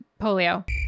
Polio